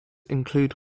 include